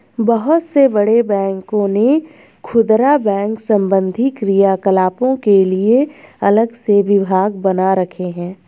बहुत से बड़े बैंकों ने खुदरा बैंक संबंधी क्रियाकलापों के लिए अलग से विभाग बना रखे हैं